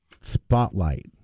spotlight